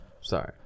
sorry